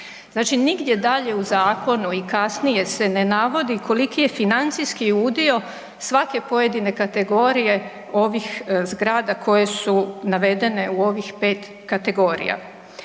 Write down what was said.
Znači nigdje dalje u zakonu i kasnije se ne navodi koliki je financijski udio svake pojedine kategorije ovih zgrada koje su navedene u ovih 5 kategorija.